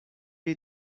jej